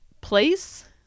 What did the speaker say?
place